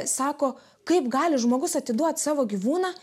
sako kaip gali žmogus atiduot savo gyvūną